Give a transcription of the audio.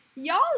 y'all